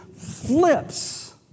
flips